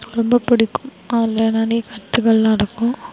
ரொம்ப பிடிக்கும் அதில் நிறைய கருத்துக்களெலாம் இருக்கும்